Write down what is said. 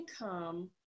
income